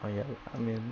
oh ya I mean